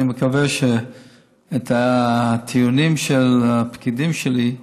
אני מקווה שהטיעונים של הפקידים שלי,